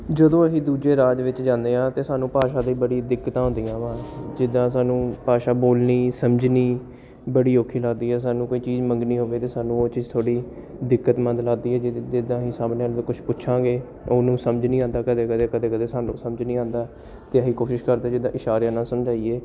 ਜਦੋਂ ਅਸੀਂ ਦੂਜੇ ਰਾਜ ਵਿੱਚ ਜਾਂਦੇ ਹਾਂ ਤਾਂ ਸਾਨੂੰ ਭਾਸ਼ਾ ਦੀ ਬੜੀ ਦਿੱਕਤ ਆਉਂਦੀ ਵਾ ਜਿੱਦਾਂ ਸਾਨੂੰ ਭਾਸ਼ਾ ਬੋਲਣੀ ਸਮਝਣੀ ਬੜੀ ਔਖੀ ਲੱਗਦੀ ਹੈ ਸਾਨੂੰ ਕੋਈ ਚੀਜ਼ ਮੰਗਣੀ ਹੋਵੇ ਤਾਂ ਸਾਨੂੰ ਉਹ ਚੀਜ਼ ਥੋੜ੍ਹੀ ਦਿੱਕਤਮੰਦ ਲੱਗਦੀ ਹੈ ਜਿੱਦਾਂ ਹੀ ਸਾਹਮਣੇ ਵਾਲੇ ਨੂੰ ਕੁਛ ਪੁੱਛਾਂਗੇ ਉਹਨੂੰ ਸਮਝ ਨਹੀਂ ਆਉਂਦਾ ਕਦੇ ਕਦੇ ਕਦੇ ਕਦੇ ਸਾਨੂੰ ਸਮਝ ਨਹੀਂ ਆਉਂਦਾ ਅਤੇ ਅਸੀਂ ਕੋਸ਼ਿਸ਼ ਕਰਦੇ ਜਿੱਦਾਂ ਇਸ਼ਾਰਿਆਂ ਨਾਲ ਸਮਝਾਈਏ